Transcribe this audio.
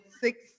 six